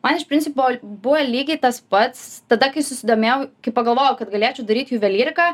man iš principo buvo lygiai tas pats tada kai susidomėjau kai pagalvojau kad galėčiau daryti juvelyriką